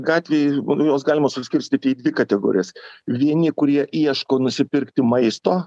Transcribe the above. gatvėj juos galima suskirstyti į dvi kategorijas vieni kurie ieško nusipirkti maisto